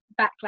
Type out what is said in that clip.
backlash